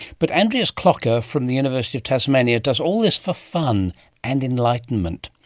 but andreas klocker from the university of tasmania does all this for fun and enlightenment.